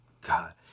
God